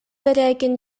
бэрээкин